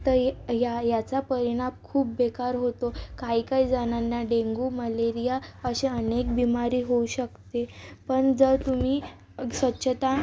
तर य या याचा परिणाम खूप बेकार होतो काही काही जणांना डेंगू मलेरिया असे अनेक बिमारी होऊ शकते पण जर तुम्ही स स्वच्छता